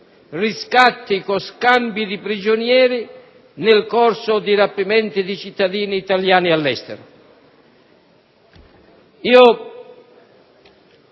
riscatti o scambi di prigionieri nel corso di rapimenti di cittadini italiani all'estero. Per